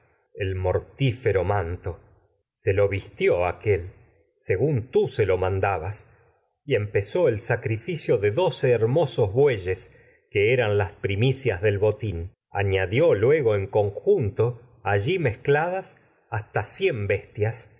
el mortífero manto lo se lo él vistió aquél según de tú se mandabas que y empezó sacrificio doce hermosos bueyes en eran las primicias del botín añadió luego conjunto allí mezcladas hasta cien bestias